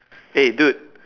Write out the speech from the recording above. eh dude